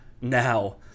now